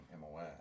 MOS